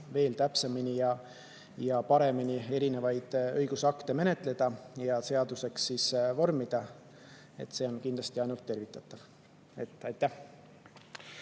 veel täpsemini ja paremini erinevaid õigusakte menetleda ja [eelnõusid] seaduseks vormida. See on kindlasti ainult tervitatav. Aitäh!